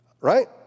right